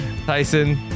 Tyson